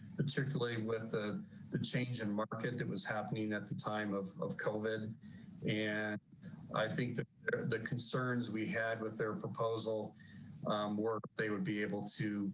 particularly with ah the changing market that was happening at the time of of coven and i think the concerns we had with their proposal where they would be able to